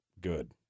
Good